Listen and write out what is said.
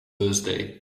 birthday